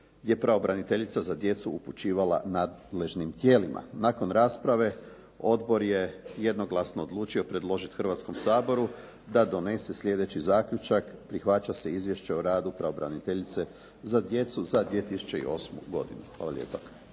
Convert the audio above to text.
je pravobraniteljica za djecu upućivala nadležnim tijelima. Nakon rasprave odbor je jednoglasno odlučio predložiti Hrvatskom saboru da donese slijedeći zaključak, prihvaća se izvješće o radu pravobraniteljice za djecu za 2008. godinu. Hvala lijepa.